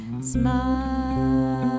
smile